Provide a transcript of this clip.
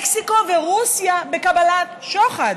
מקסיקו ורוסיה בקבלת שוחד.